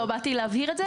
באתי להבהיר את זה.